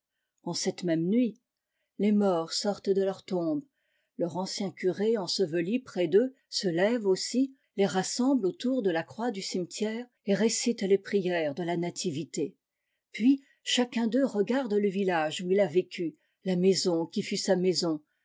en cette même nuit les morts sortent de leurs tombes leur ancien curé enseveli près d'eux se lève aussi les rassemble autour de la croix du cimetière et récite les prières de îa nativité puis chacun d'eux regarde le village où il a vécu la maison qui fut sa maison